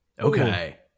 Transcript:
okay